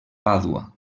pàdua